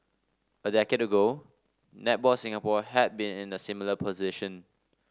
a decade ago Netball Singapore had been in a similar position